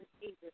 Jesus